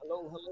Hello